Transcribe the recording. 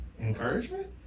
encouragement